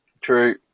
true